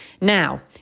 Now